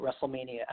WrestleMania